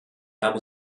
habe